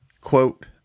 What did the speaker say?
quote